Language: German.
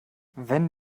wenn